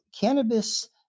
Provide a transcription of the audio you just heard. cannabis